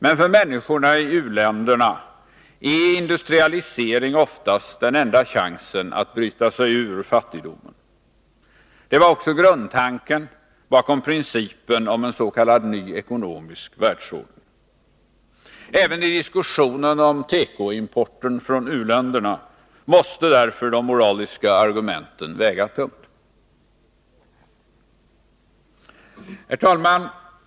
Men för människorna i u-länderna är industrialisering oftast den enda chansen att bryta sig ur fattigdomen. Det var också grundtanken bakom principen om en s.k. ny ekonomisk världsordning. Även i diskussionen om tekoimporten från u-länderna måste därför de moraliska argumenten väga tungt.